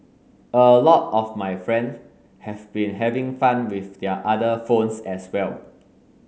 a lot of my friends have been having fun with their other phones as well